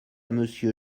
monsieur